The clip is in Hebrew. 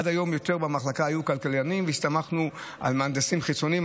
עד היום היו יותר כלכלנים במחלקה והסתמכנו על מהנדסים חיצוניים,